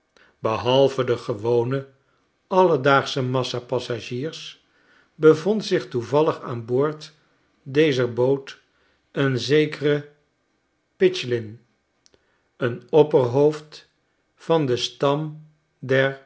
behalve de gewone alledaagsche massapassagiers bevond zich toevallig aan boord dezer boot een zekere pitchlynn een opperhoofd van den stam